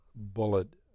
Bullet